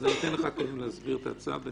להסביר את ההצעה.